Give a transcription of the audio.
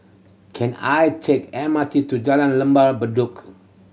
can I take M R T to Jalan Lembah Bedok